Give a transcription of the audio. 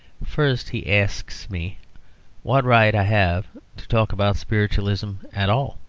first, he asks me what right i have to talk about spiritualism at all,